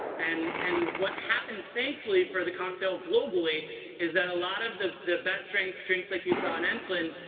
and and what happened thankfully for the cocktail globally is that a lot of the the best drinks, drinks like you saw in ensslin,